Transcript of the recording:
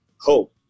hope